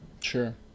sure